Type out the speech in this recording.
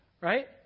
right